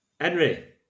Henry